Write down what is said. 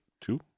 two